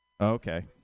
Okay